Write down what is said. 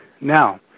Now